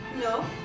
No